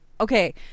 Okay